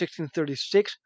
1636